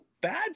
bad